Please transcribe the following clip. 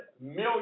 million